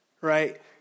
right